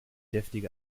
deftige